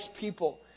people